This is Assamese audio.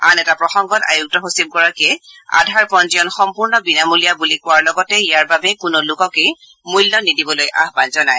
আন এটা প্ৰসংগত আয়ুক্ত সচিবগৰাকীয়ে আধাৰ পঞ্জীয়ন সম্পূৰ্ণ বিনামূলীয়া বুলি কোৱাৰ লগতে ইয়াৰ বাবে কোনো লোককে মূল্য নিদিবলৈ আহ্বান জনায়